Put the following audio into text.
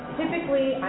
typically